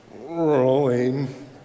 rolling